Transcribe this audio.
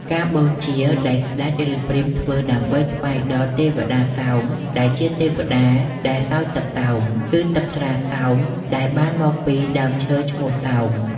ការបូជាដែលស្ដេច ឬព្រាហ្មណ៍ធ្វើដើម្បីថ្វាយដល់ទេវតាសោម ដែលជាទេវតាដែលសោយទឹកសោម គឺទឹកស្រាសោមដែលបានមកពីដើមឈើឈ្មោះសោម។